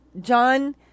John